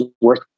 worth